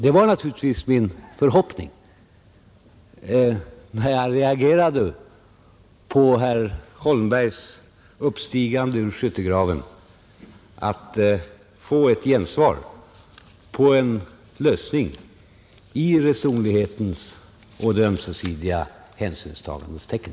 Det var naturligtvis min förhoppning när jag reagerade på herr Holmbergs uppstigande ur skyttegraven att jag skulle få ett gensvar på förslaget om en lösning i resonlighetens och det ömsesidiga hänsynstagandets tecken.